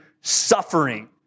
suffering